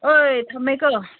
ꯑꯩꯏ ꯊꯝꯃꯦ ꯀꯣ